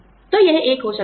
तो यह एक हो सकता है